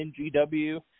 NGW